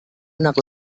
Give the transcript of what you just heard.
anak